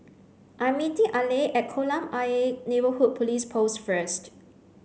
I meeting Aleah at Kolam Ayer Neighbourhood Police Post first